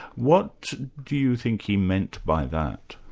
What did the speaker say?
what do you think he meant by that?